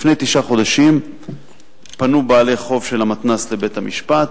לפני תשעה חודשים פנו בעלי חוב של המתנ"ס לבית-המשפט,